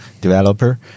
developer